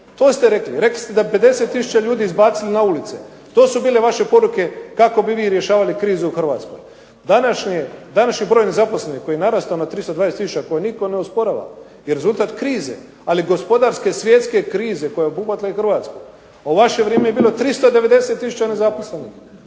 To ste rekli, rekli ste da bi 50 tisuća ljudi izbacili na ulice. To su bile vaše poruke kako bi vi rješavali krizu u Hrvatskoj. Današnji broj nezaposlenih koji je narastao na 320 tisuća koje nitko ne osporava je rezultat krize, ali gospodarske svjetske krize koja je obuhvatila i Hrvatsku. U vaše vrijeme je bilo 390 tisuća nezaposlenih,